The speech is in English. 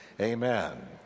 amen